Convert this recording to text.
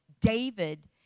David